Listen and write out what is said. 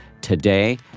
today